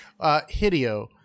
Hideo